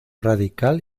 radical